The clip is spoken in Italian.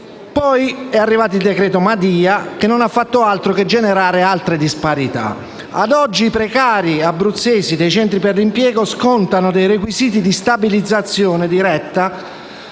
Poi è arrivato il decreto Madia, che non ha fatto altro che generare altre disparità. Ad oggi i precari abruzzesi dei centri per l'impiego scontano dei requisiti di stabilizzazione diretta